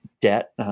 debt